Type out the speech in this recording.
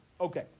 Okay